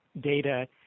data